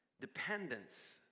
Dependence